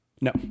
No